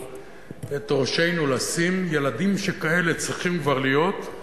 את ראשינו לשים /--- ילדים שכאלה צריכים כבר להיות /